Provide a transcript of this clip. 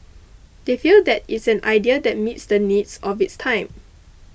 they feel that it's an idea that meets the needs of its time